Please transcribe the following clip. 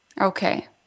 Okay